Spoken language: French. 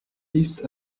liste